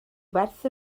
werth